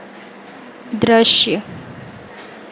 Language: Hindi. दृश्य